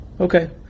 Okay